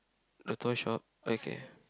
the toy shop okay